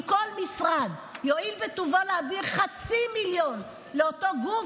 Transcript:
אם כל משרד יואיל בטובו להעביר חצי מיליון לאותו גוף,